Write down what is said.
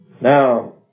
Now